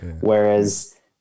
Whereas